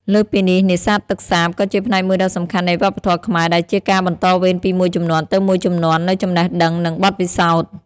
លើសពីនេះ នេសាទទឹកសាបក៏ជាផ្នែកមួយដ៏សំខាន់នៃវប្បធម៌ខ្មែរ ដែលជាការបន្តវេនពីមួយជំនាន់ទៅមួយជំនាន់នូវចំណេះដឹង និងបទពិសោធន៍។